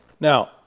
Now